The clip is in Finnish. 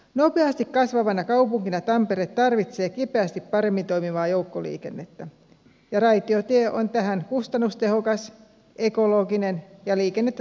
nopeasti kasvavana kaupunkina tampere tarvitsee kipeästi paremmin toimivaa joukkoliikennettä ja raitiotie on tähän kustannustehokas ekologinen ja liikennettä sujuvoittava ratkaisu